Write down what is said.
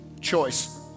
choice